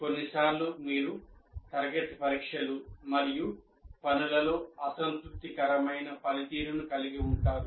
కొన్నిసార్లు మీరు తరగతి పరీక్షలు మరియు పనులలో అసంతృప్తికరమైన పనితీరును కలిగి ఉంటారు